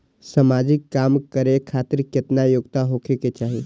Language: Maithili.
समाजिक काम करें खातिर केतना योग्यता होके चाही?